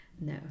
no